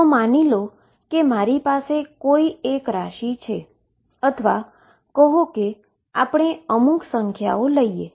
તો માની લો કે મારી પાસે કોઈ એક ક્વોન્ટીટી છે અથવા કહો કે આપણે અમુક સંખ્યાઓ લઈએ